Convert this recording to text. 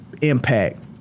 impact